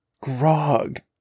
Grog